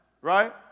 right